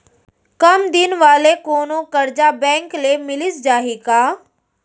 कम दिन वाले कोनो करजा बैंक ले मिलिस जाही का?